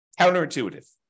Counterintuitive